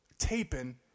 taping